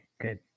good